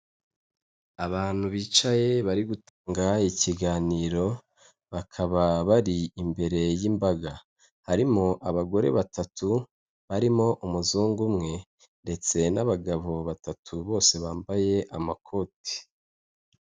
Abantu bicaye bari gutanga ikiganiro, bakaba bari imbere y'imbaga, harimo abagore batatu barimo umuzungu umwe ndetse n'abagabo batatu bose bambaye amakoti.